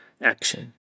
action